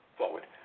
forward